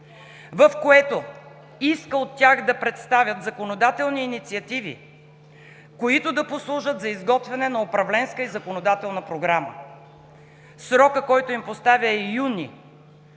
в което иска от тях да представят законодателни инициативи, които да послужат за изготвяне на управленска и законодателна програма. Срокът, който им поставя, е юни.